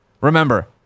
Remember